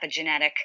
epigenetic